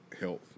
health